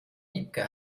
wiebke